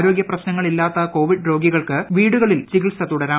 ആരോഗ്യ പ്രശ്നങ്ങളില്ലാത്ത കോവിഡ് രോഗികൾക്ക് വീടുകളിൽ ചികിത്സ തുടരാം